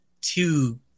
two